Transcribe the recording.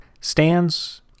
Stands